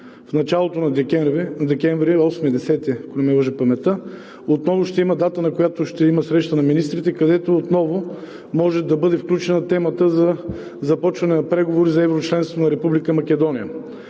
в началото на декември, 8 – 10 декември, ако не ме лъже паметта, отново ще има дата, на която ще има среща на министрите, където отново може да бъде включена темата за започване на преговори за еврочленство на Република Македония.